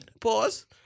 Pause